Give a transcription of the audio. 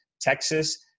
Texas –